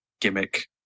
gimmick